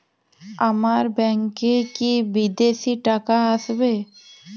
আমার ব্যংকে কি বিদেশি টাকা আসবে?